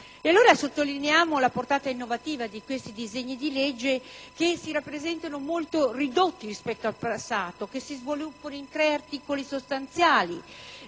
Allora sottolineiamo la portata innovativa di questo disegno di legge che si presenta molto ridotto rispetto al passato, che si sviluppa in tre articoli sostanziali: